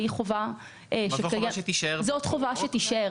זאת חובה שתישאר,